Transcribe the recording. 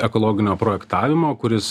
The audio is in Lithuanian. ekologinio projektavimo kuris